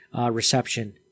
reception